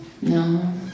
no